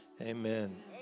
Amen